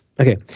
Okay